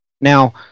Now